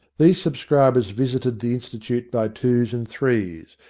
these subscribers visited the institute by twos and threes,